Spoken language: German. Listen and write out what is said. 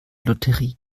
lotterie